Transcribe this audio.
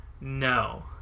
No